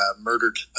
murdered